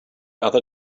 other